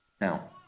Now